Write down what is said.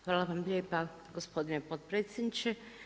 Hvala vam lijepa gospodine potpredsjedniče.